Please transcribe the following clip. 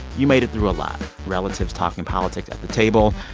you made it through a lot relatives talking politics at the table,